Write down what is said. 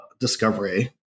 discovery